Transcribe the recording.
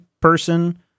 person